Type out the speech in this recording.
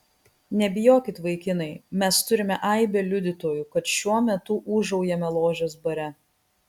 nebijokit vaikinai mes turime aibę liudytojų kad šiuo metu ūžaujame ložės bare